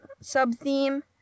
sub-theme